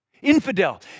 Infidel